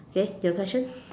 okay your question